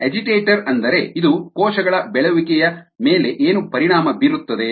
agitator ಅಂದರೆ ಇದು ಕೋಶಗಳ ಬೆಳೆಯುವಿಕೆಯ ಮೇಲೆ ಏನು ಪರಿಣಾಮ ಬೀರುತ್ತದೆ